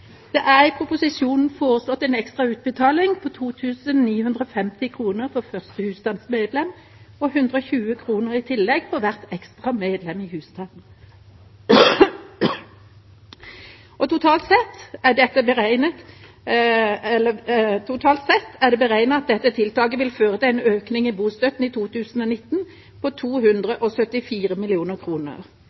Det er i proposisjonen foreslått en ekstra utbetaling på 2 950 kr for første husstandsmedlem og 120 kr i tillegg for hvert ekstra medlem i husstanden. Totalt sett er det beregnet at dette tiltaket vil føre til en økning i bostøtten i 2019 på 274